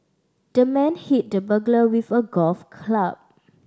the man hit the burglar with a golf club